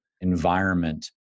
environment